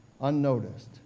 unnoticed